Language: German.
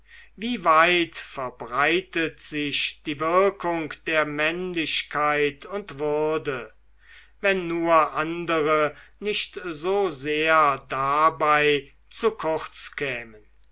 wie weit verbreitet sich die wirkung der männlichkeit und würde wenn nur andere nicht so sehr dabei zu kurz kämen